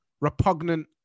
repugnant